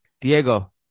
Diego